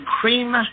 cream